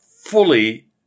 fully